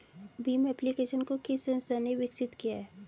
Bhim application को किस संस्था ने विकसित किया है?